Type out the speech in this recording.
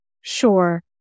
Sure